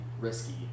risky